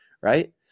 right